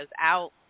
out